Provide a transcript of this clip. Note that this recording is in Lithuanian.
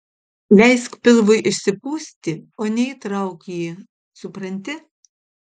leisk pilvui išsipūsti o ne įtrauk jį supranti